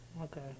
Okay